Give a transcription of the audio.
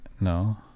no